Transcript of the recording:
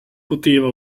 poteva